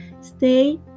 Stay